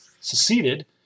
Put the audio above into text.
seceded